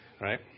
right